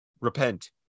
repent